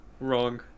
Wrong